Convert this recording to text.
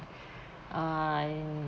I